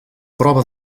prova